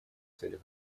целях